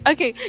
Okay